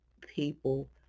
people